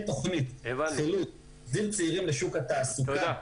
תוכנית חירום להחזיר צעירים לשוק התעסוקה --- תודה.